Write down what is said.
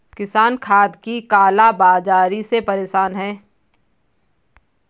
किसान खाद की काला बाज़ारी से परेशान है